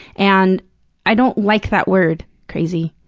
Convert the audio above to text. and i don't like that word, crazy.